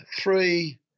three